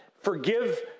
forgive